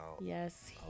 yes